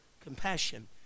compassion